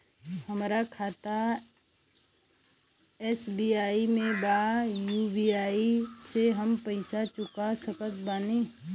हमारा खाता एस.बी.आई में बा यू.पी.आई से हम पैसा चुका सकत बानी?